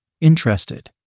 Interested